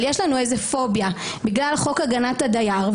יש לנו איזו פוביה בגלל חוק הגנת הדייר,